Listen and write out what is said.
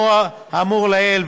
לאור האמור לעיל,